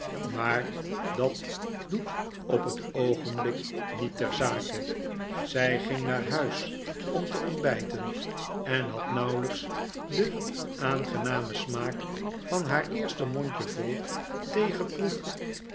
maar dat doet op t oogenblik niet ter zake zij ging naar huis om te ontbijten en had nauwelijks den aangenamen smaak van haar eerste mondjevol thee geproefd